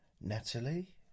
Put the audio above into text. Natalie